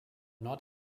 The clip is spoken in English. not